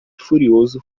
furioso